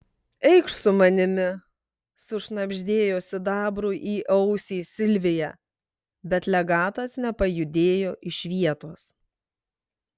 eikš su manimi sušnabždėjo sidabrui į ausį silvija bet legatas nepajudėjo iš vietos